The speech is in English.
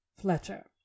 Fletcher